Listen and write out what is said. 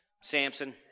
Samson